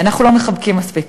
אנחנו לא מחבקים מספיק.